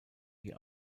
die